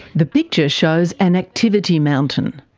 the picture shows an activity mountain.